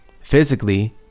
physically